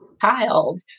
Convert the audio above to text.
child